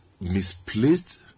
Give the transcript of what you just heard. misplaced